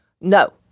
no